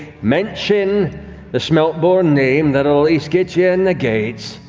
mention the smeltborne name, that'll at least get you in the gates.